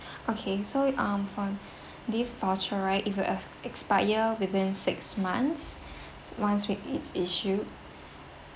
okay so um for this voucher right if you have expire within six months once with its issue